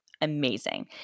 amazing